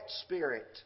spirit